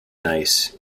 nice